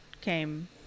came